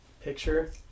picture